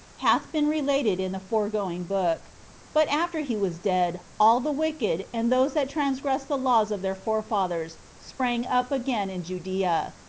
hath been related in the foregoing book but after he was dead, all the wicked, and those that transgressed the laws of their forefathers, sprang up again in judea,